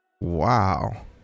Wow